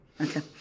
okay